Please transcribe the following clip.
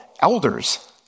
elders